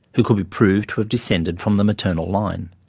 who could be proved to have descended from the maternal line.